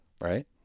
right